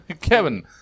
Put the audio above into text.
Kevin